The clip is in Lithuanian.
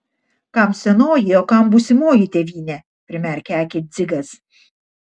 kam senoji o kam būsimoji tėvynė primerkė akį dzigas